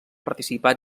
participar